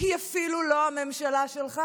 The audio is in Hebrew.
היא אפילו לא הממשלה שלך.